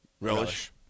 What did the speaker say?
Relish